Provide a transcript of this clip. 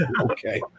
Okay